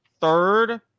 third